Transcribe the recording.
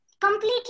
completely